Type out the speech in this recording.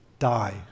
Die